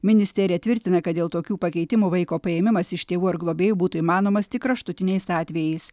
ministerija tvirtina kad dėl tokių pakeitimų vaiko paėmimas iš tėvų ar globėjų būtų įmanomas tik kraštutiniais atvejais